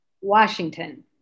Washington